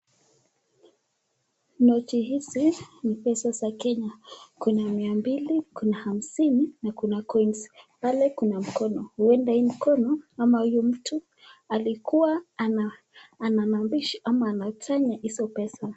Noti hizi ni pesa za kenya kuna mia mbili kuna hamsini na kuna(cs)coins(cs)pale kuna mkono huenda hii mkono ama huyu mtu alikuwa anasanya hizo pesa.